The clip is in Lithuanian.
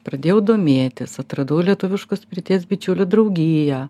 pradėjau domėtis atradau lietuviškos pirties bičiulių draugiją